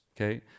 okay